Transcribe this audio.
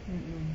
mmhmm